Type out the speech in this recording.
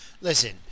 listen